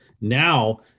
now